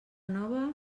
nova